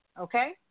okay